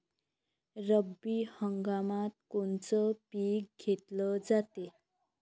रब्बी हंगामात कोनचं पिक घेतलं जाते?